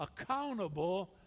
accountable